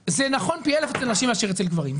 נכון פי אלף אצל נשים מאשר אצל גברים.